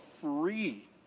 free